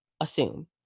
assume